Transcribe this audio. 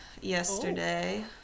yesterday